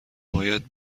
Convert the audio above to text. باید